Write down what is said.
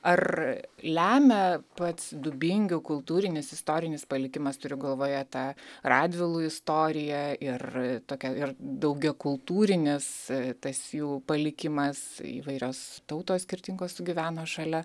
ar lemia pats dubingių kultūrinis istorinis palikimas turiu galvoje ta radvilų istorija ir tokia ir daugiakultūrinis tas jų palikimas įvairios tautos skirtingos sugyveno šalia